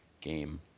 game